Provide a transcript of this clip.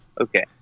Okay